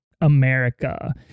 America